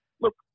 look